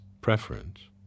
preference